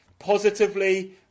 Positively